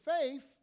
faith